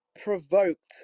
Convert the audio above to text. provoked